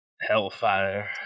Hellfire